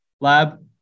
lab